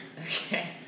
Okay